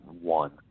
one